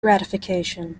gratification